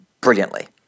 brilliantly